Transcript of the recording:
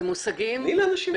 תני לאנשים לדבר.